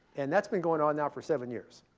and that's been going on now for seven years.